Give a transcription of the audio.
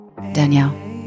Danielle